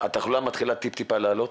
התחלואה מתחילה טיפ טיפה לעלות,